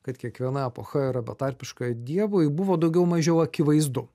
kad kiekviena epocha yra betarpiška dievui buvo daugiau mažiau akivaizdu